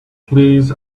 please